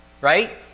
Right